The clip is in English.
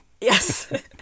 Yes